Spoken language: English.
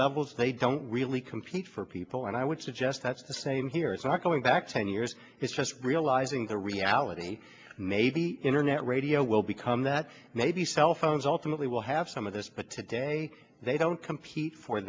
levels they don't really compete for people and i would suggest that's the same here it's like going back ten years it's just realizing the reality maybe internet radio will become that maybe cell phones ultimately will have some of this but today they don't compete for